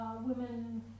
women